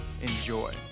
Enjoy